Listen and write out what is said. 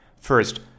First